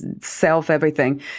self-everything